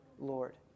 Lord